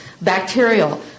bacterial